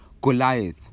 Goliath